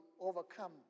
overcome